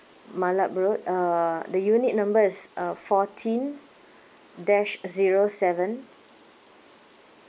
malab road uh the unit number is uh fourteen dash zero seven